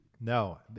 No